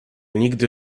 nigdy